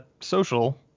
social